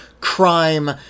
crime